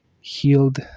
healed